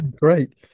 great